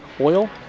oil